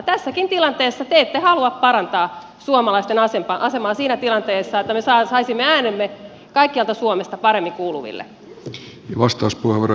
tässäkään tilanteessa te ette halua parantaa suomalaisten asemaa siinä tilanteessa että me saisimme äänemme kaikkialta suomesta paremmin kuuluville